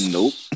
Nope